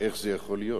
איך זה יכול להיות?